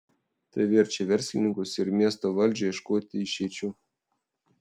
tai verčia verslininkus ir miesto valdžią ieškoti išeičių